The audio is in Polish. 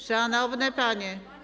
Szanowne panie.